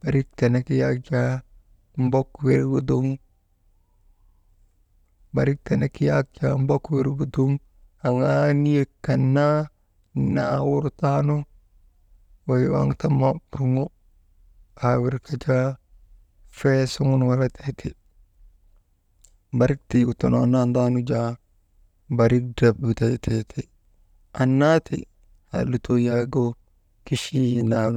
barik tenek yak mbok wirgu dum «hesitation» aŋaa niyek kan naa naawur taa nu wey waŋ tamma turŋo tika fee suŋun walatee ti. Barik tiigu tonoonandaanu jaa barik drep widaytee ti annaa ti haa lutoo yak kichiyii naanu.